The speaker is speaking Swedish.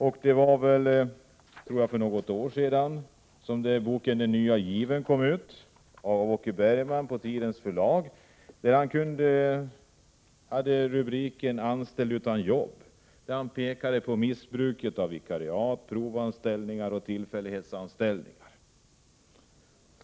För något år sedan pekade Åke Bergman i boken Den nya given, utgiven på Tidens förlag, under rubriken ”Anställd utan jobb” på missbruket av vikariat, provanställningar och tillfällighetsanställningar.